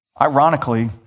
Ironically